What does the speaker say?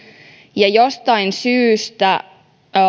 ja jostain syystä